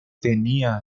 tenía